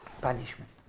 punishment